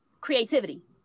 creativity